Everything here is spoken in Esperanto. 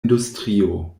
industrio